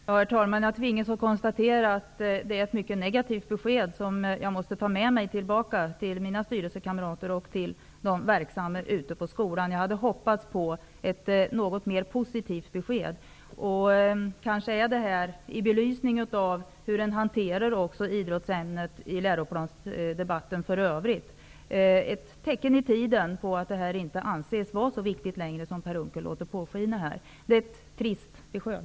Herr talman! Jag tvingas konstatera att det är ett mycket negativt besked som jag får ta med mig till mina styrelsekamrater och till dem som är verksamma på skolan. Jag hade faktiskt hoppats på ett något mera positivt besked. Kanske är det här, i belysning av hur idrottsämnet i övrigt hanteras i läroplansdebatten, ett tecken i tiden -- nämligen att detta inte längre anses vara så viktigt som Per Unckel här låter påskina. Det är ett trist besked.